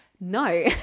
No